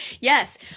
yes